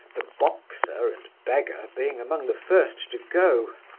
the boxer and beggar being among the first to go.